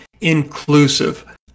inclusive